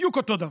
בדיוק אותו דבר.